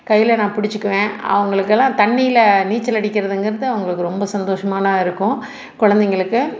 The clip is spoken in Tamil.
கையில் நான் பிடிச்சிக்குவேன் அவங்களுக்குலாம் தண்ணியில் நிச்சலடிக்கிறதுங்கிறது அவங்களுக்கு ரொம்ப சந்தோஷமான இருக்கும் குழந்தைங்களுக்கு